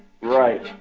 right